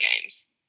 games